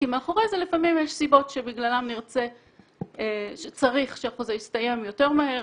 כי מאחורי זה לפעמים יש סיבות שבגללן צריך שהחוזה יסתיים יותר מהר,